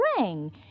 ring